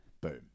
Boom